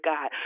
God